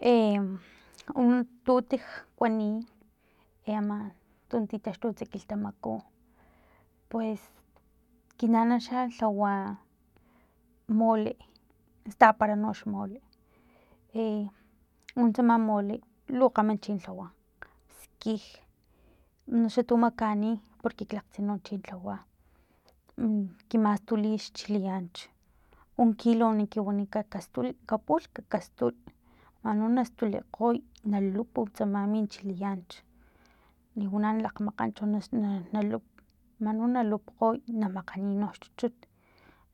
E tu ekit kwani ama tu titaxtuts kilhtamaku pues ki nana xa lhawa mole stapara no xa xmole e untsama mole lu kgama chi lhawa skij unoxa tu makaani porque klatsin chilhawa kimastuli xchilianch un kilo nakiwanikan ka stul ka pulk kastul manu nastulikgoy na lup tsama min chilianch liwana na lakmakgan chona lup man no nalupkgoy na makganiy no xhuchut